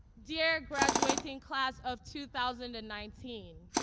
dear graduating class of two thousand and nineteen,